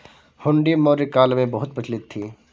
हुंडी मौर्य काल में बहुत प्रचलित थी